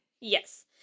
Yes